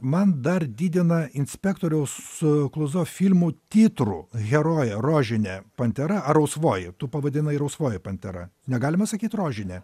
man dar didina inspektoriaus su kluzo filmų titrų herojė rožinė pantera ar rausvoji tu pavadinai rausvoji pantera negalima sakyt rožinė